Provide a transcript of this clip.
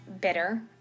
bitter